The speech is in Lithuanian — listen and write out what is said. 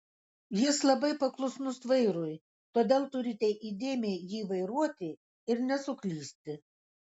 jis labai paklusnus vairui todėl turite įdėmiai jį vairuoti ir nesuklysti